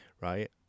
right